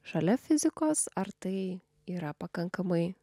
šalia fizikos ar tai yra pakankamai